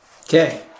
Okay